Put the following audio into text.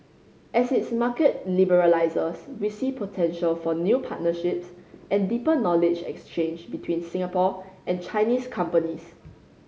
as its market liberalises we see potential for new partnerships and deeper knowledge exchange between Singapore and Chinese companies